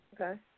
Okay